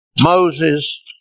Moses